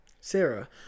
Sarah